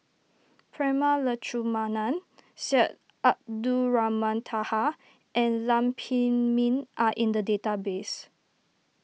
Prema Letchumanan Syed Abdulrahman Taha and Lam Pin Min are in the database